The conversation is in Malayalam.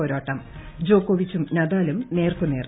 പോരാട്ടം ജോക്കോവിച്ചും നദാലും നേർക്കുനേർ